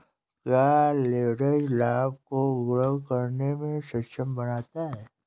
क्या लिवरेज लाभ को गुणक करने में सक्षम बनाता है?